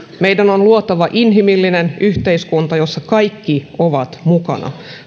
meidän on luotava inhimillinen yhteiskunta jossa kaikki ovat mukana